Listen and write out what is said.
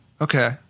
Okay